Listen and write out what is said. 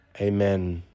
Amen